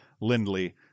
Lindley